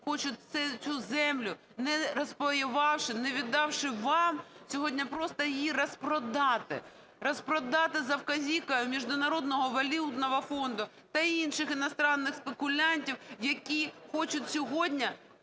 хочуть цю землю не розпаювавши, не віддавши вам, сьогодні просто її розпродати. Розпродати за вказівкою Міжнародного валютного фонду та інших иностранных спекулянтів, які хочуть сьогодні